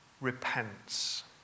repents